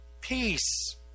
peace